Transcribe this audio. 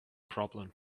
problem